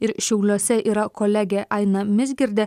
ir šiauliuose yra kolegė aina mizgirdė